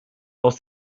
aus